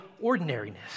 ordinariness